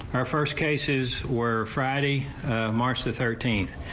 her first cases were friday a march, the thirteenth.